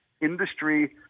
industry